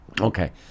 Okay